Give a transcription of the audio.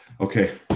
Okay